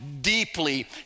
deeply